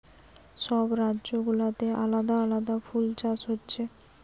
সব রাজ্য গুলাতে আলাদা আলাদা ফুল চাষ হচ্ছে